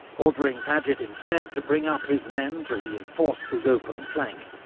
ordering paget instead to bring up his men to reinforce his open flank,